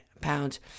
pounds